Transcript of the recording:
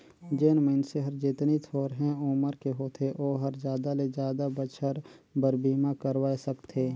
जेन मइनसे हर जेतनी थोरहें उमर के होथे ओ हर जादा ले जादा बच्छर बर बीमा करवाये सकथें